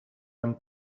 hem